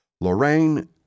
Lorraine